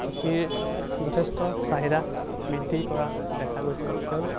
কৃষিৰ যথেষ্ট চাহিদা বৃদ্ধি কৰা দেখা গৈছে কিয়নো